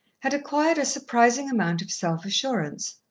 had acquired a surprising amount of self-assurance.